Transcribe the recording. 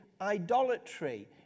idolatry